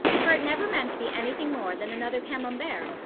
for it never meant to be anything more than another camembert,